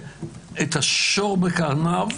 את השור בקרניו,